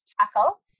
tackle